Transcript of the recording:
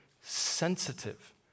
sensitive